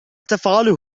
تفعله